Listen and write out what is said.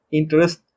interest